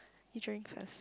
you drink first